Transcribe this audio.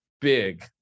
Big